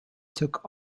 took